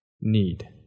need